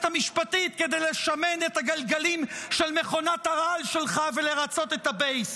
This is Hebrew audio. המשפטית כדי לשמן את הגלגלים של מכונת הרעל שלך ולרצות את הבייס.